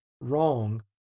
wrong